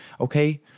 Okay